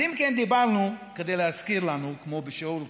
אם כן, כדי להזכיר לנו, כמו בשיעור טוב,